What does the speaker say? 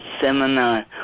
seminar